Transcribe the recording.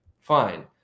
fine